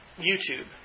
YouTube